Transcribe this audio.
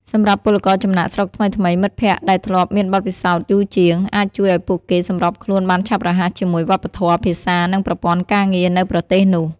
សម្រាប់ពលករចំណាកស្រុកថ្មីៗ មិត្តភក្តិដែលធ្លាប់មានបទពិសោធន៍យូរជាង អាចជួយឱ្យពួកគេសម្របខ្លួនបានឆាប់រហ័សជាមួយ វប្បធម៌ ភាសា និងប្រព័ន្ធការងារ នៅប្រទេសនោះ ។